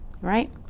right